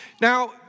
Now